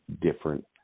different